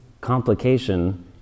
complication